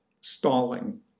stalling